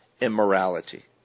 immorality